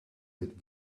mit